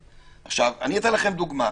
אתן לכם דוגמה.